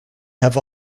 have